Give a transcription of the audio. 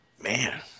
Man